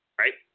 right